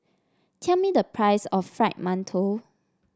tell me the price of Fried Mantou